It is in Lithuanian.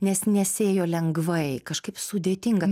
nes nesiėjo lengvai kažkaip sudėtinga